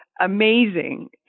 amazing